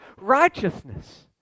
righteousness